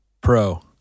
Pro